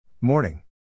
Morning